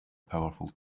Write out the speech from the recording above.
powerful